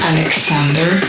Alexander